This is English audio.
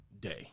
day